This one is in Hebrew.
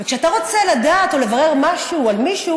וכשאתה רוצה לדעת או לברר משהו על מישהו,